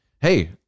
Hey